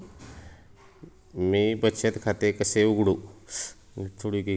मी बचत खाते कसे उघडू?